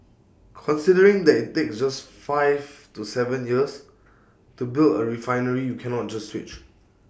considering that IT takes five to Seven years to build A refinery you cannot just switch